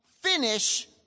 finish